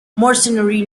mercenary